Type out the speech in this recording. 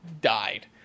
died